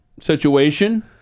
situation